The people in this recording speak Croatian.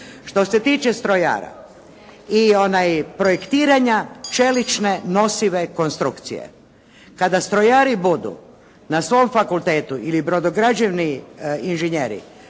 Što se tiče strojara i projektiranja čelične, nosive konstrukcije. Kada strojari budu na svom fakultetu ili brodograđevni inženjeri